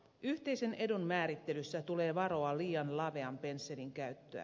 yhteisen edun määrittelyssä tulee varoa liian lavean pensselin käyttöä